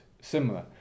similar